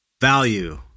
value